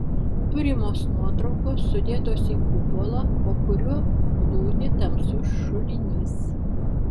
turimos nuotraukos sudėtos į kupolą po kuriuo glūdi tamsus šulinys